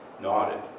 nodded